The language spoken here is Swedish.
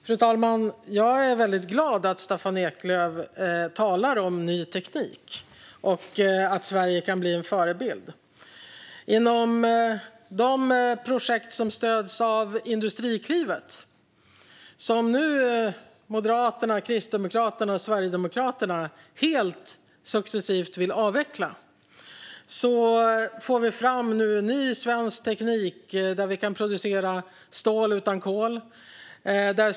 Fru talman! Jag är väldigt glad att Staffan Eklöf talar om ny teknik och att Sverige kan bli en förebild. Inom de projekt som stöds av Industriklivet som nu Moderaterna, Kristdemokraterna och Sverigedemokraterna successivt vill avveckla helt får vi fram ny svensk teknik där vi kan producera stål utan kol.